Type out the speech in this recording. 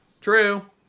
true